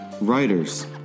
Writers